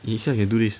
eh you see I can do this